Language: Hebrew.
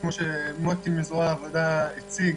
כמו שמוטי ממשרד העבודה הציג,